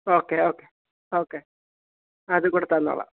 okay okay okay അത് കൂടെ തന്നോളാം